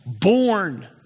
born